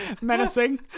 Menacing